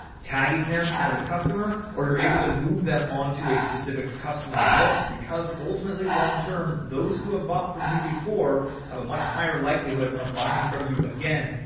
tagging them as a customer, or you're able to move them on to a specific customer lists because ultimately longterm, those who have bought from you before have a much higher likelihood of buying from you again.